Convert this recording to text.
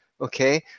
Okay